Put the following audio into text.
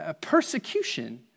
persecution